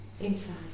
inside